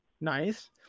Nice